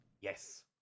Yes